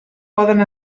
poden